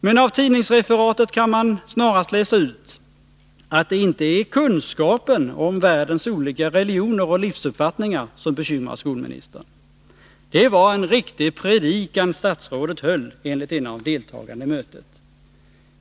Men av tidningsreferatet kan man snarast läsa ut att det inte är kunskapen om världens olika religioner och livsuppfattningar som bekymrar skolministern. ”Det var en riktig predikan statsrådet höll”, enligt en av deltagarna i mötet.